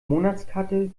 monatskarte